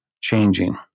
changing